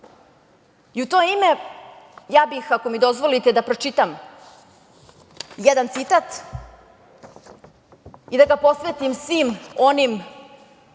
to ime ja bih, ako mi dozvolite, da pročitam jedan citat i da ga posvetim svim onim